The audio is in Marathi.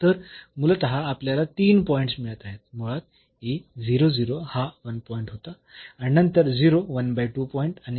तर मूलतः आपल्याला तीन पॉईंट्स मिळत आहेत मुळात a हा 1 पॉईंट होता आणि नंतर पॉईंट आणि